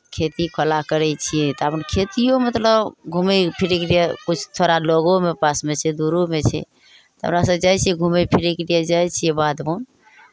खेती कोला करै छियै खेतिओ मतलब घूमय फिरयके लिए किछु थोड़ा लगोमे पासमे छै दूरोमे छै तऽ हमरा सभ जाइ छियै घूमय फिरयके लिए जाइ छियै बाध वन